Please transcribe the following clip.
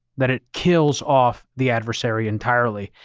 that it kills off the adversary entirely.